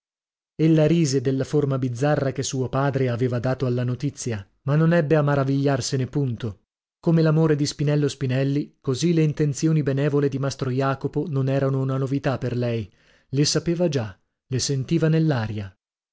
fatta ella rise della forma bizzarra che suo padre avea dato alla notizia ma non ebbe a maravigliarsene punto come l'amore di spinello spinelli così le intenzioni benevole di mastro jacopo non erano una novità per lei le sapeva già le sentiva nell'aria